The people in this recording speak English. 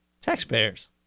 Taxpayers